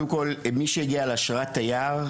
מי שהגיע על אשרת תייר,